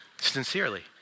Sincerely